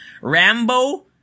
Rambo